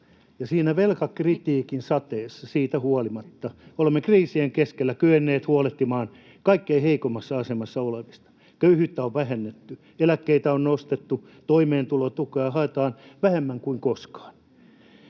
ja velkakritiikin sateesta huolimatta olemme kriisien keskellä kyenneet huolehtimaan kaikkein heikoimmassa asemassa olevista. Köyhyyttä on vähennetty, eläkkeitä on nostettu, toimeentulotukea haetaan vähemmän kuin koskaan.